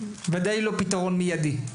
ודאי לא פתרון מיידי.